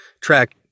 track